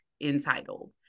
Entitled